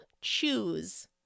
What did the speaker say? choose